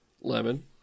lemon